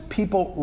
people